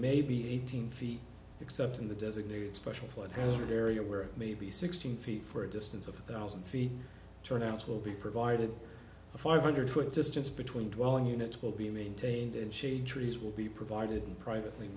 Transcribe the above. maybe eighteen feet except in the designated special flood prone area where maybe sixteen feet for a distance of a thousand feet turnouts will be provided a five hundred foot distance between twelve units will be maintained and shade trees will be provided and privately